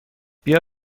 بیا